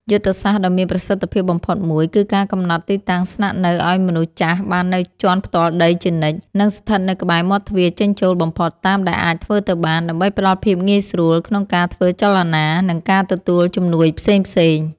យុទ្ធសាស្ត្រដ៏មានប្រសិទ្ធភាពបំផុតមួយ គឺការកំណត់ទីតាំងស្នាក់នៅឱ្យមនុស្សចាស់បាននៅជាន់ផ្ទាល់ដីជានិច្ច និងស្ថិតនៅក្បែរមាត់ទ្វារចេញចូលបំផុតតាមដែលអាចធ្វើទៅបាន ដើម្បីផ្ដល់ភាពងាយស្រួលក្នុងការធ្វើចលនា និងការទទួលជំនួយផ្សេងៗ។